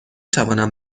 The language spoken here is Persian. توانم